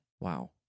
Wow